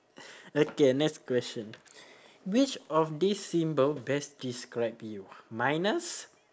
okay next question which of this symbol best describe you minus